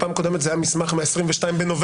פעם קודמת זה היה מסמך מה-22 בנובמבר.